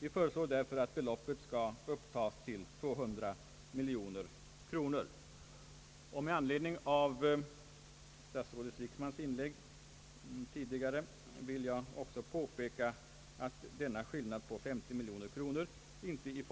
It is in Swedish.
Vi föreslår därför att beloppet skall upptas till 200 miljoner kronor. Med anledning av statsrådet Wickmans inlägg tidigare vill jag också påpeka att denna skillnad på 50 miljoner kronor inte